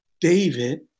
David